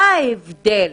מה ההבדל?